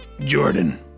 Jordan